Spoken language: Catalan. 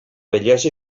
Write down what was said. bellesa